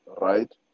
right